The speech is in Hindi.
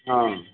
हाँ